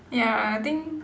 ya I think